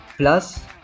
Plus